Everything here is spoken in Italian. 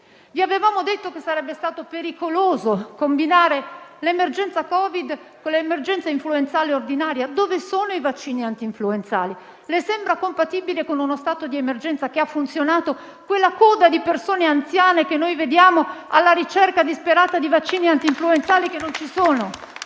Vi avevamo detto che sarebbe stato pericoloso combinare l'emergenza Covid con l'emergenza influenzale ordinaria. Dove sono i vaccini antinfluenzali? Le sembra compatibile con uno stato di emergenza che ha funzionato quella coda di persone anziane che noi vediamo alla ricerca disperata di vaccini antinfluenzali che non ci sono?